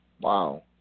Wow